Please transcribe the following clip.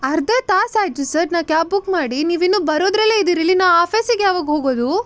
ಅರ್ಧ ತಾಸಾಯಿತು ಸರ್ ನಾನು ಕ್ಯಾಬ್ ಬುಕ್ ಮಾಡಿ ನೀವು ಇನ್ನೂ ಬರೋದರಲ್ಲೇ ಇದ್ದೀರಿ ಇಲ್ಲಿ ನಾನು ಆಫೀಸಿಗೆ ಯಾವಾಗ ಹೋಗೋದು